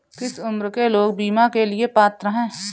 किस उम्र के लोग बीमा के लिए पात्र हैं?